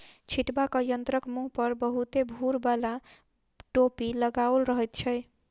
छिटबाक यंत्रक मुँह पर बहुते भूर बाला टोपी लगाओल रहैत छै